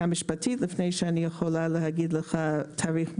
המשפטית לפני שאני יכולה להגיד לך תאריך מדויק,